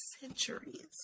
centuries